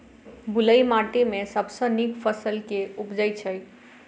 बलुई माटि मे सबसँ नीक फसल केँ उबजई छै?